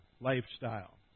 lifestyle